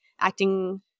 acting